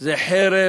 זה חרב